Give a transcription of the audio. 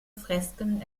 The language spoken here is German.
fresken